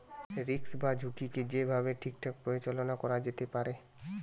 risk বা ঝুঁকিকে যেই ভাবে ঠিকঠাক পরিচালনা করা যেতে পারে